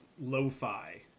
lo-fi